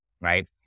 right